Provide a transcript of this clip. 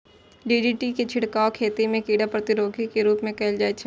DDT के छिड़काव खेती मे कीड़ा प्रतिरोधी के रूप मे कैल जाइ छै